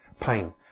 pain